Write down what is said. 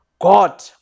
God